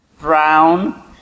Brown